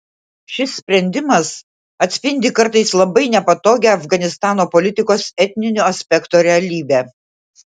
šis sprendimas atspindi kartais labai nepatogią afganistano politikos etninio aspekto realybę